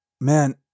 man